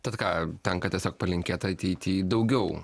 tad ką tenka tiesiog palinkėt ateity daugiau